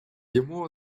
ему